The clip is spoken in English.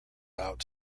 out